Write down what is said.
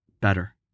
better